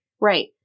right